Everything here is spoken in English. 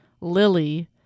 Lily